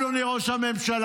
אדוני ראש הממשלה,